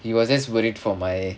he was just worried for my